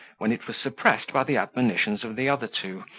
when it was suppressed by the admonitions of the other two,